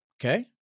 okay